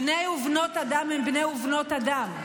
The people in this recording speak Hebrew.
בני ובנות אדם הם בני ובנות אדם,